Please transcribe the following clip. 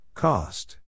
Cost